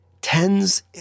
tens